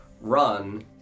run